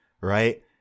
right